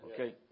Okay